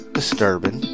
disturbing